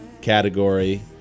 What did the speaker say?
category